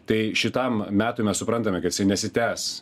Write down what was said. tai šitam metui mes suprantame kad jisai nesitęs